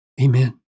Amen